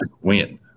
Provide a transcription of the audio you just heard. win